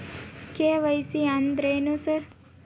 KYC ಅಂದ್ರೇನು sir?